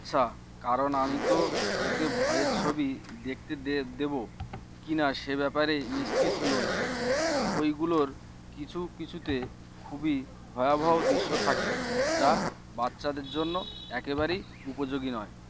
ইচ্ছা কারণ আমি তো ওকে ভয়ের ছবি দেখতে দেবো কি না সে ব্যাপারে নিশ্চিত নই ওইগুলোর কিছু কিছুতে খুবই ভয়াবয় দৃশ্য থাকে যা বাচ্চাদের জন্য একেবারেই উপযোগী নয়